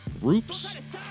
groups